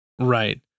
Right